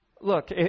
Look